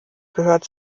gehört